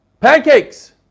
Pancakes